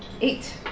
Eight